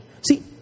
See